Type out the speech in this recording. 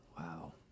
Wow